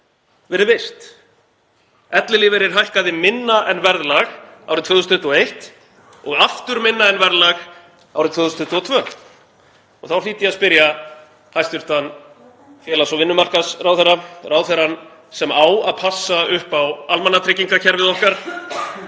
verið virt. Ellilífeyrir hækkaði minna en verðlag árið 2021 og aftur minna en verðlag árið 2022. Þá hlýt ég að spyrja hæstv. félags- og vinnumarkaðsráðherra, ráðherrann sem á að passa upp á almannatryggingakerfið okkar: